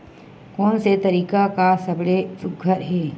कोन से तरीका का सबले सुघ्घर हे?